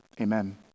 Amen